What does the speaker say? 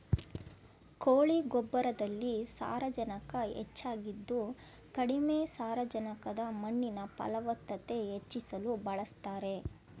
ಕೋಳಿ ಗೊಬ್ಬರದಲ್ಲಿ ಸಾರಜನಕ ಹೆಚ್ಚಾಗಿದ್ದು ಕಡಿಮೆ ಸಾರಜನಕದ ಮಣ್ಣಿನ ಫಲವತ್ತತೆ ಹೆಚ್ಚಿಸಲು ಬಳಸ್ತಾರೆ